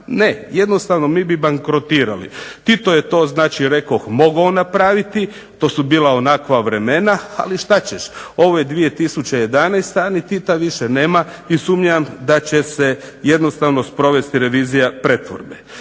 Ne. Jednostavno mi bi bankrotirali. Tito je to znači rekoh mogao napraviti. To su bila onakva vremena. Ali šta ćeš. Ovo je 2011. a ni Tita više nema i sumnjam da će se jednostavno sprovesti revizija pretvorbe.